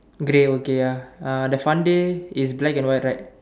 grey okay ya uh the fun day is black and white right